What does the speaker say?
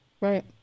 Right